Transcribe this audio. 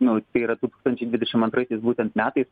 nu tai yra du tūkstančiai dvidešim antraisiais būtent metais